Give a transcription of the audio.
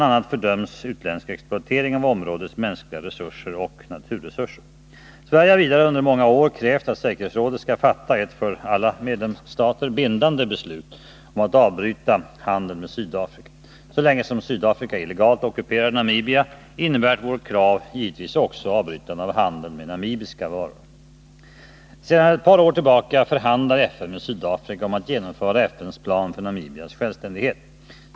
a. fördöms utländsk exploatering av områdets mänskliga resurser och naturresurser. Sverige har vidare under många år krävt att säkerhetsrådet skall fatta ett för alla medlemsstater bindande beslut om att avbryta handeln med Sydafrika. Så länge som Sydafrika illegalt ockuperar Namibia innebär vårt krav givetvis också avbrytande av handeln med namibiska varor. Sedan ett par år tillbaka förhandlar FN med Sydafrika om att genomföra FN:s plan för Namibias självständighet.